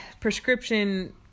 prescription